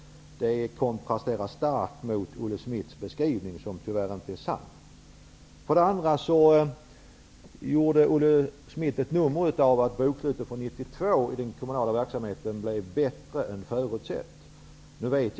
Det kontrasterar starkt mot Olle Schmidts osanna beskrivning. För det andra gjorde Olle Schmidt ett nummer av att bokslutet för 1992 blev bättre än förutsett.